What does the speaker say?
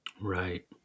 right